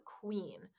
queen